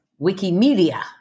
Wikimedia